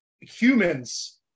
Humans